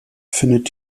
findet